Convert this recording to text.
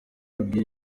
yabwiye